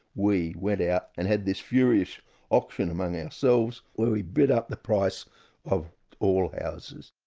we went out and had this furious auction among ourselves where we bid up the price of all houses.